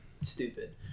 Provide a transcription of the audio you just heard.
stupid